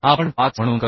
clearance के